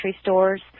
stores